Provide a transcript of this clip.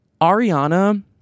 Ariana